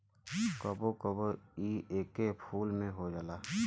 कबो कबो इ एके फूल में हो जाला